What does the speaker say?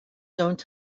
don’t